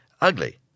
ugly